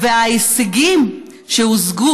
וההישגים שהושגו